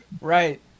Right